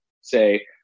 say